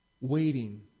waiting